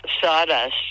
sawdust